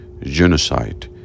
genocide